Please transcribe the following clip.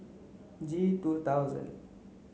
G two thousand